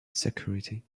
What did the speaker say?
security